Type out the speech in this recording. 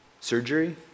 surgery